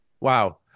wow